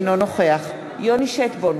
אינו נוכח יוני שטבון,